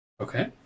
Okay